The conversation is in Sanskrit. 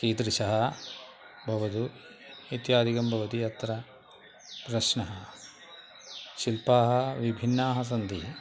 कीदृशः भवतु इत्यादिकं भवति अत्र प्रश्नः शिल्पाः विभिन्नाः सन्ति